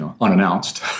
unannounced